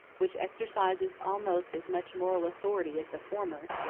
which exercises almost as much moral authority as the former,